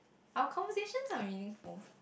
our conversations are meaningful